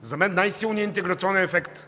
За мен най-силният интеграционен ефект